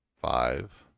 Five